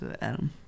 Adam